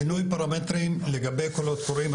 שינוי פרמטרים לגבי קולות קוראים,